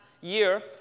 year